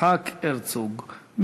יצחק הרצוג.